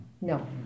No